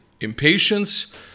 impatience